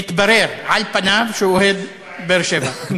מתברר, על פניו, שהוא אוהד באר-שבע.